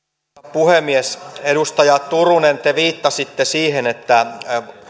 puhemies edustaja turunen te viittasitte siihen että